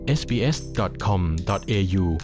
sbs.com.au